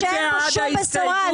אין כאן שום בשורה בשוק הדיור.